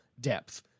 depth